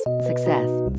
Success